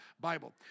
Bible